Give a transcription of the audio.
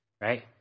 right